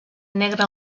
negre